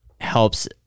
helps